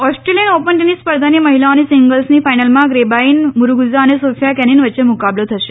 Australian Open tennis સ્પર્ધાની મહિલાઓની સિગંલ્સની ફાઇનલમાં ગેબ્રાઇન મુરૂગુઝા અને સોફિયા કેનિન વચ્ચે મુકાબલો થશે